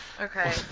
Okay